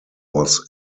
was